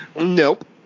Nope